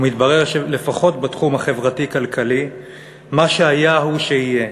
ומתברר שלפחות בתחום החברתי-כלכלי מה שהיה הוא שיהיה,